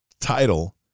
title